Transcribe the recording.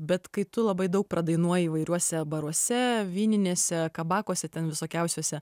bet kai tu labai daug pradainuoji įvairiuose baruose vyninėse kabakuose ten visokiausiose